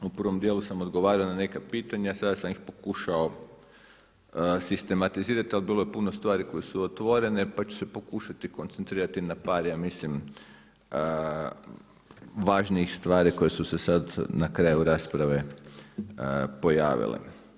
U prvom dijelu sam odgovarao na neka pitanja, sada sam ih pokušao sistematizirati, ali bilo je puno stvari koje su otvorene pa ću se pokušati koncentrirati na par ja mislim važnijih stvari koje su se sad na kraju rasprave pojavile.